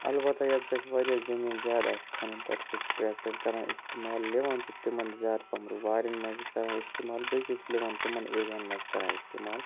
البتہ ییٚتَس اَسہِ واریاہ زٔمیٖن زیادٕ آسہِ کھَںُن تَتٮ۪تھ چھِ أسۍ ٹرٛٮ۪کٹر کران استعمال لِوَن چھِ تِمَن زیادٕ پَہَم وارٮ۪ن منٛز کَران استعمال بیٚیہِ چھِ أسۍ لِوَن تِمَن ایریاہَن منٛز کَران استعمال